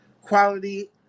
quality